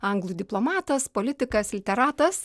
anglų diplomatas politikas literatas